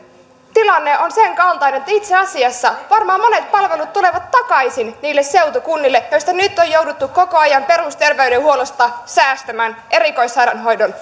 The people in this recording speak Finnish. tilanne on sen kaltainen että itse asiassa varmaan monet palvelut tulevat takaisin niille seutukunnille missä nyt on jouduttu koko ajan perusterveydenhuollosta säästämään erikoissairaanhoidon